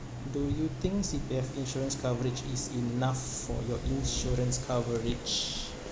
do you think C_P_F insurance coverage is enough for your insurance coverage